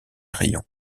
rayons